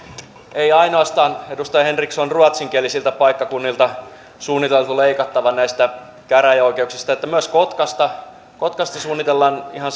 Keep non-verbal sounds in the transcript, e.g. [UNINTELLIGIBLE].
ei ainoastaan edustaja henriksson ruotsinkielisiltä paikkakunnilta suunniteltu leikattavan näistä käräjäoikeuksista vaan myös kotkasta kotkasta suunnitellaan ihan [UNINTELLIGIBLE]